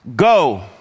Go